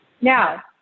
Now